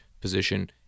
position